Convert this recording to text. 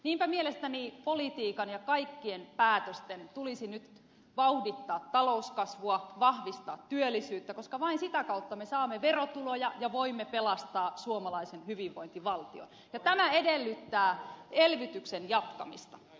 niinpä mielestäni politiikan ja kaikkien päätösten tulisi nyt vauhdittaa talouskasvua vahvistaa työllisyyttä koska vain sitä kautta me saamme verotuloja ja voimme pelastaa suomalaisen hyvinvointivaltion ja tämä edellyttää elvytyksen jatkamista